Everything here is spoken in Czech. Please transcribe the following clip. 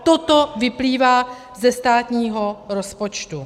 Toto vyplývá ze státního rozpočtu.